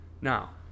Now